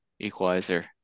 Equalizer